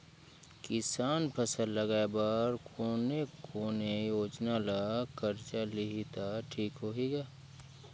किसान फसल लगाय बर कोने कोने योजना ले कर्जा लिही त ठीक होही ग?